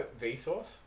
Vsauce